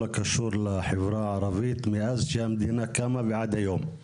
הקשור לחברה הערבית מאז שהמדינה קמה ועד היום.